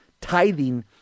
tithing